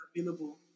available